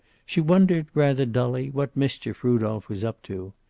she wondered, rather dully, what mischief rudolph was up to.